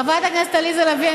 חברת הכנסת עליזה לביא,